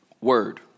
Word